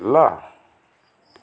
ल